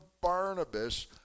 Barnabas